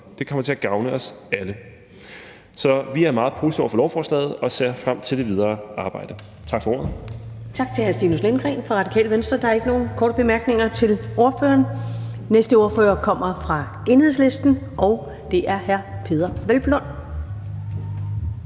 det kommer til at gavne os alle. Så vi er meget positive over for lovforslaget og ser frem til det videre arbejde. Tak for ordet. Kl. 13:22 Første næstformand (Karen Ellemann): Tak til hr. Stinus Lindgreen fra Radikale Venstre. Der er ikke nogen korte bemærkninger til ordføreren. Den næste ordfører kommer fra Enhedslisten, og det er hr. Peder Hvelplund.